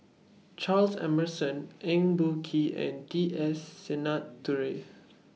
Charles Emmerson Eng Boh Kee and T S Sinnathuray